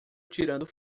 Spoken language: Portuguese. tirando